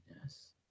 yes